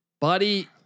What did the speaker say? buddy